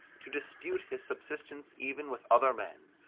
to dispute his subsistence even with other men,